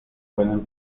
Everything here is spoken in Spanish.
pueden